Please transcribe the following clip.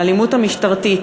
על האלימות המשטרתית,